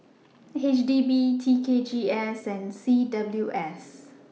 HDB TKGS and CWS